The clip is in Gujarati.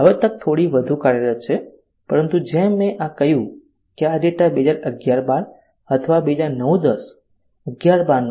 હવે તક થોડી વધુ કાર્યરત છે પરંતુ જેમ મેં કહ્યું કે આ ડેટા 2011 12 અથવા 2009 10 11 12 નો છે